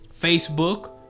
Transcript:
facebook